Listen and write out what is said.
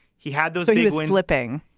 he had those ideas win liping.